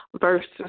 versus